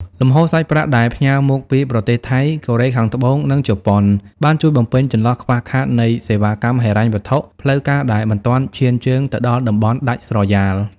លំហូរសាច់ប្រាក់ដែលផ្ញើមកពីប្រទេសថៃ កូរ៉េខាងត្បូង និងជប៉ុន បានជួយបំពេញចន្លោះខ្វះខាតនៃសេវាកម្មហិរញ្ញវត្ថុផ្លូវការដែលមិនទាន់ឈានជើងទៅដល់តំបន់ដាច់ស្រយាល។